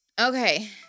Okay